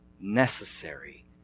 Necessary